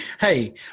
Hey